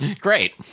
Great